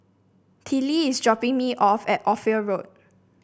Tillie is dropping me off at Ophir Road